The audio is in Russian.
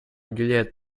уделяет